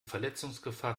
verletzungsgefahr